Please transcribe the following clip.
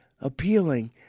appealing